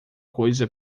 coisa